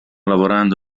lavorando